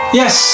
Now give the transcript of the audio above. yes